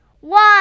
One